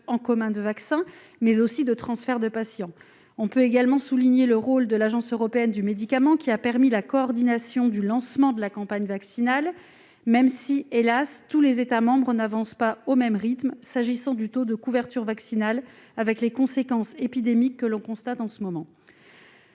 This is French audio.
en commun de vaccins, mais aussi des transferts de patients. On peut également souligner le rôle de l'Agence européenne des médicaments, qui a permis de coordonner le lancement de la campagne vaccinale, même si, hélas, tous les États membres n'avancent pas au même rythme s'agissant du taux de couverture vaccinale, avec les conséquences épidémiques que l'on constate en ce moment.